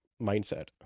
mindset